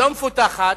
לא מפותחת,